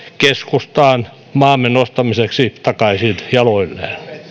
keskustaan maamme nostamiseksi takaisin jaloilleen